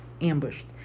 ambushed